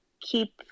keep